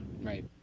Right